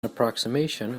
approximation